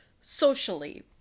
Socially